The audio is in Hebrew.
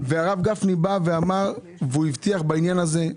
והרב גפני אמר והבטיח בעניין הזה.